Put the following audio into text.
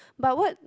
but what